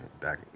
back